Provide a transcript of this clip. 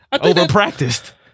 over-practiced